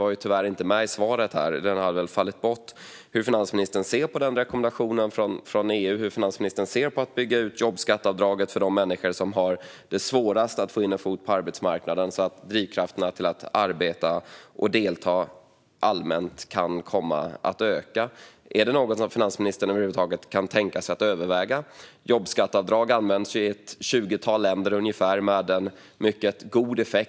Det som tyvärr inte var med i svaret - det hade väl fallit bort - var hur finansministern ser på rekommendationen från EU om att bygga ut jobbskatteavdraget för de människor som har det svårast att få in en fot på arbetsmarknaden, så att drivkrafterna att arbeta och delta allmänt kan komma att öka. Är detta något som finansministern över huvud taget kan tänka sig att överväga? Jobbskatteavdrag används i ungefär ett tjugotal länder med mycket god effekt.